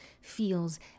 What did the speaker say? Feels